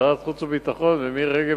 ועדת חוץ וביטחון ומירי רגב,